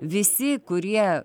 visi kurie